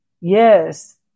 Yes